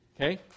Okay